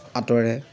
আঁতৰে